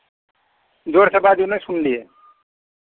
जोरसँ बाजू नहि सुनलियै